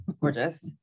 gorgeous